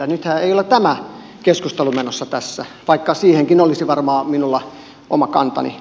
nythän ei ole tämä keskustelu menossa tässä vaikka siihenkin olisi varmaan minulla oma kantani